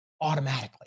automatically